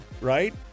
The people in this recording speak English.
right